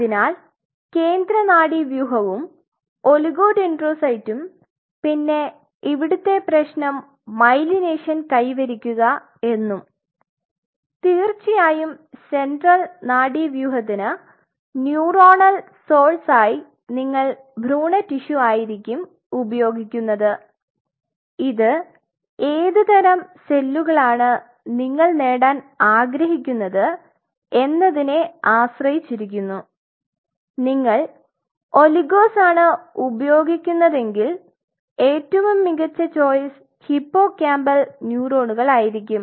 അതിനാൽ കേന്ദ്ര നാഡീവ്യൂഹവും ഒലിഗോഡെൻഡ്രോസൈറ്റും പിന്നെ ഇവിടുത്തെ പ്രെശ്നം മൈലിനേഷൻ കൈവരിക്കുക എന്നും തീർച്ചയായും സെൻട്രൽ നാഡീവ്യൂഹത്തിന് ന്യൂറോണൽ സോഴ്സ് ആയി നിങ്ങൾ ഭ്രൂണ ടിഷ്യു ആയിരിക്കും ഉപയോഗിക്കുന്നത് ഇത് ഏത് തരം സെല്ലുകളാണ് നിങ്ങൾ നേടാൻ ആഗ്രഹിക്കുന്നത് എന്നതിനെ ആശ്രയിച്ചിരിക്കുന്നു നിങ്ങൾ ഒളിഗോസ് ആണ് ഉപയോഗിക്കുന്നതെങ്കിൽ ഏറ്റവും മികച്ച ചോയ്സ് ഹിപ്പോകാമ്പൽ ന്യൂറോണുകളായിരിക്കും